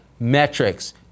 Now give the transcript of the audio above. metrics